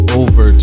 over